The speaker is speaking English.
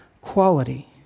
quality